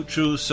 True